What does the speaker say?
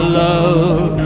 love